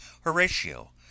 Horatio